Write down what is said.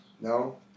No